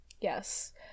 Yes